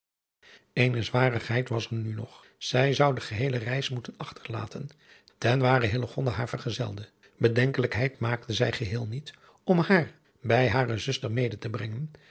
eene zwarigheid was er nu nog zij zou de geheele reis moeten achterlaten ten ware hillegonda haar vergezelde bedenkelijkheid maakte zij geheel niet om haar bij hare zuster mede te brengen